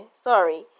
sorry